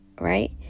Right